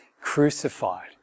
crucified